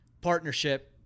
partnership